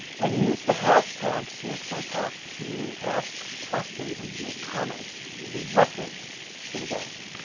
and use the hashtag cxotalk to ask questions and to make comments directly to the guest.